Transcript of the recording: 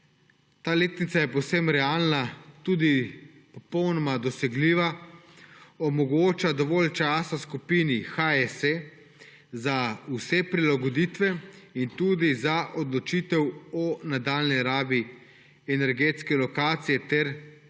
in gospodje, povsem realna, tudi popolnoma dosegljiva. Omogoča dovolj časa skupini HSE za vse prilagoditve in tudi za odločitev o nadaljnji rabi energetske lokacije ter same